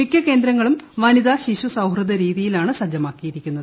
മിക്ക ക്ക്ന്ദ്രങ്ങളും വനിതാ ശിശു സൌഹൃദ രീതിയിലാണ് സജ്ജമാക്കിയിരിക്കുന്നത്